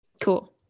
cool